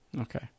okay